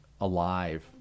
alive